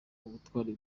ubutwari